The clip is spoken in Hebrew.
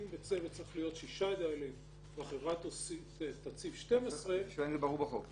אם בצוות צריכים להיות שישה דיילים והחברה תציב 12 --- זה ברור בחוק?